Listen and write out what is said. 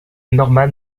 norman